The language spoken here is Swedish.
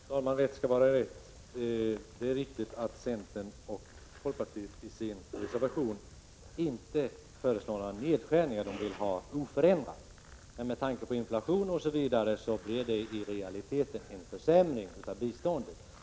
Herr talman! Rätt skall vara rätt. Det är riktigt att centern och folkpartiet i sin reservation inte föreslår några nedskärningar, utan ett oförändrat anslag. Men med tanke på inflation osv. blir det i realiteten en försämring av biståndet.